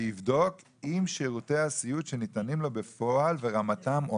ויבדוק אם שירותי הסיעוד שניתנים לו בפועל ורמתם,